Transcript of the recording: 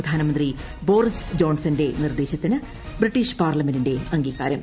പ്രധാനമന്ത്രി ബോറിസ് ജോൺസന്റെ നിർദ്ദേശത്തിന് ബ്രിട്ടീഷ് പാർലമെന്റിന്റെ അംഗീകാരം